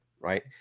Right